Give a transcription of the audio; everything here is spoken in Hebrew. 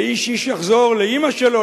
ואיש-איש יחזור לאמא שלו,